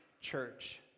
church